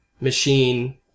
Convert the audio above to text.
machine